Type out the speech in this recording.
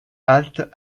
halte